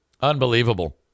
Unbelievable